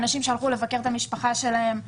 אנשים שהלכו לבקר את המשפחה שלהם לחגים,